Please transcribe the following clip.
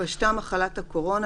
התפשטה מחלת הקורונה